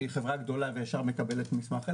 שהיא חברה גדולה וישר מקבלת מסמך.